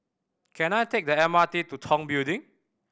can I take the M R T to Tong Building